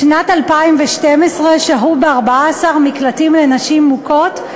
בשנת 2012 שהו ב-14 מקלטים לנשים מוכות,